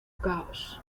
caos